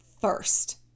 first